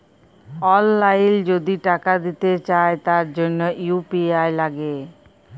অললাইল যদি টাকা দিতে চায় তার জনহ ইউ.পি.আই লাগে